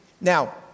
Now